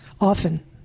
often